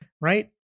right